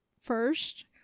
first